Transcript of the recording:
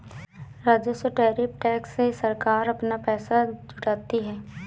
राजस्व tariff tax से सरकार अपना पैसा जुटाती है